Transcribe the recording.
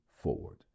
forward